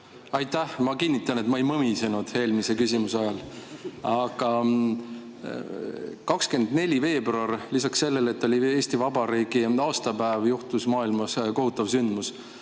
Aitäh! Ma kinnitan, et ma ei mõmisenud eelmise küsimuse ajal. Aga 24. veebruaril lisaks sellele, et oli Eesti Vabariigi aastapäev, juhtus maailmas kohutav sündmus